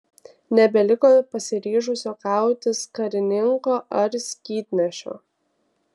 nebeliko pasiryžusio kautis karininko ar skydnešio